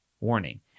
warning